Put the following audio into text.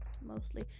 mostly